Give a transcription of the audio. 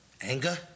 Anger